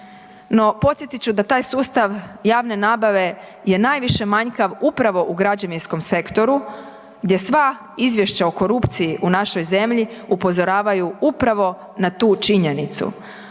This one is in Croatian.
no podsjetit ću da taj sustav javne nabave je najviše manjkav upravo u građevinskom sektoru gdje sva izvješća o korupciji u našoj zemlji upozoravaju upravo na tu činjenicu.